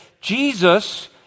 Jesus